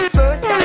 first